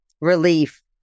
relief